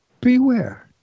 beware